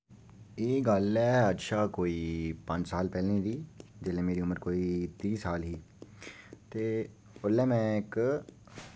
एह् गल्ल ऐ अज्ज शा कोई पंज साल पैह्लें दी जिसलै मेरी उम्र कोई त्रीह् साल ही ते उसलै मैं इक